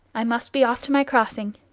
i must be off to my crossing.